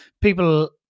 people